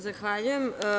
Zahvaljujem.